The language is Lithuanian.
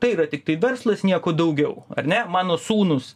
tai yra tiktai verslas nieko daugiau ar ne mano sūnūs